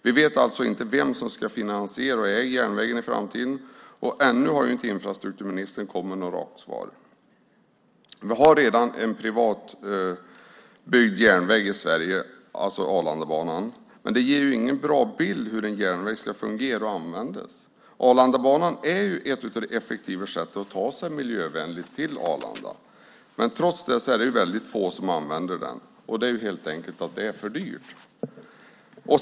Vi vet alltså inte vem som ska finansiera och äga järnvägen i framtiden, och ännu har inte infrastrukturministern kommit med något rakt svar. Vi har redan en privatbyggd järnväg i Sverige, Arlandabanan, men den ger ingen bra bild av hur en järnväg ska fungera och användas. Arlandabanan är ett av de effektivare sätten att ta sig miljövänligt till Arlanda, men trots det är det få som använder den. Det är helt enkelt därför att det är för dyrt.